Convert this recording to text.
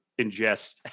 ingest